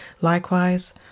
Likewise